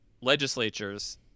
legislatures